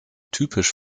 typisch